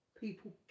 People